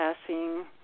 passing